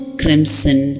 crimson